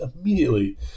immediately